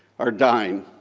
are dying.